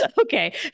Okay